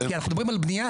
כי אנחנו מדברים על בנייה,